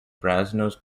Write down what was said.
brasenose